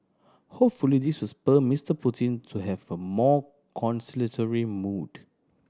hopefully this will spur Mister Putin to have a more conciliatory mood